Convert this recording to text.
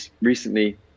recently